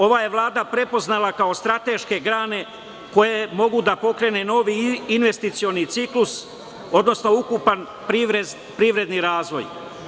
Ova je Vlada prepoznala kao strateške grane koje mogu da pokrene novi investicioni ciklus, odnosno ukupan privredni razvoj.